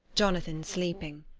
jonathan sleeping.